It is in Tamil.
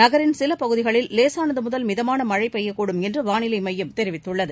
நகரின் சில பகுதிகளில் லேசானது முதல் மிதமான மழை பெய்யக் கூடும் என்று வானிலை மையம் தெரிவித்துள்ளது